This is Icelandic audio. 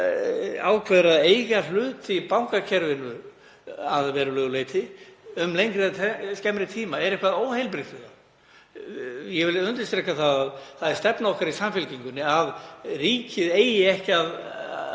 ákveður að eiga hlut í bankakerfinu að verulegu leyti um lengri eða skemmri tíma? Er eitthvað óheilbrigt við það? Ég vil undirstrika að það er stefna okkar í Samfylkingunni að ríkið eigi ekki að